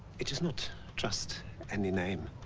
it is not just any name.